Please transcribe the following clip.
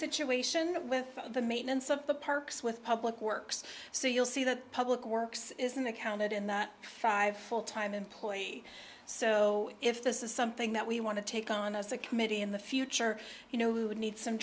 situation with the maintenance of the parks with public works so you'll see that public works isn't that counted in that five full time employee so if this is something that we want to take on as a committee in the future you know we would need some